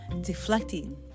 deflecting